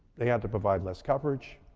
they had to provide less coverage,